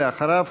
ואחריו,